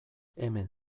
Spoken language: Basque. hemen